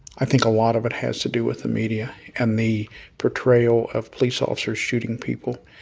i think a lot of it has to do with the media and the portrayal of police officers shooting people.